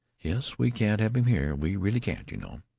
yes, we can't have him here. we really can't, you know?